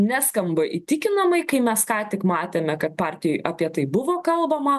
neskamba įtikinamai kai mes ką tik matėme kad partijoj apie tai buvo kalbama